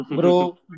Bro